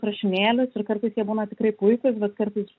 rašinėlius ir kartais jie būna tikrai puikūs bet kartais